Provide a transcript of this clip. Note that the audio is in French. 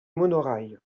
monorail